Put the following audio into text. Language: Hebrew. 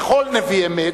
ככל נביא אמת,